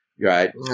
Right